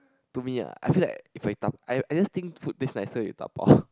to me ah I feel like if I dabao I I just think food taste nicer if dabao